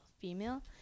female